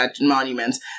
monuments